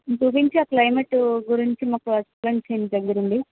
చూపించి ఆ క్లైమేట్ గురించి మాకు ఎక్స్ప్లయిన్ చెయ్యండి దగ్గరుండి